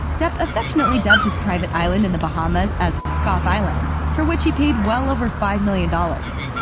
depp affectionately dubbed his private island in the bahamas as f off island, for which he paid well over five million dollars.